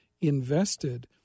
invested